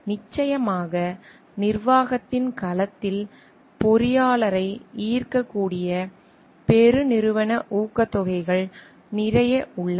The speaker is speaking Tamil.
நிச்சயமாக நிர்வாகத்தின் களத்தில் பொறியாளரை ஈர்க்கக்கூடிய பெருநிறுவன ஊக்கத்தொகைகள் நிறைய உள்ளன